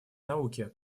науки